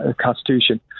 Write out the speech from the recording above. Constitution